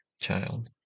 child